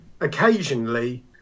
occasionally